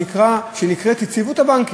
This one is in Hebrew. שנקראת "יציבות הבנקים".